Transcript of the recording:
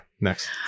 next